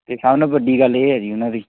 ਅਤੇ ਸਭ ਨਾਲੋਂ ਵੱਡੀ ਗੱਲ ਇਹ ਹੈ ਜੀ ਉਹਨਾਂ ਦੀ